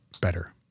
better